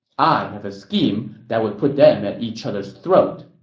i have a scheme that would put them at each other's throat.